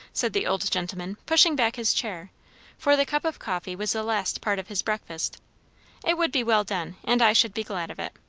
said the old gentleman, pushing back his chair for the cup of coffee was the last part of his breakfast it would be well done, and i should be glad of it.